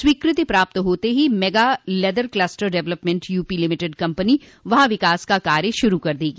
स्वीकृति प्राप्त होते ही mega leather cluster development UP limited company वहां विकास का कार्य शुरू कर देगी